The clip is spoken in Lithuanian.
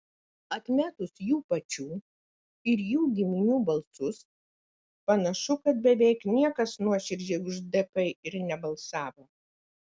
atmetus jų pačių ir jų giminių balsus panašu kad beveik niekas nuoširdžiai už dp ir nebalsavo